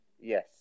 Yes